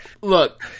look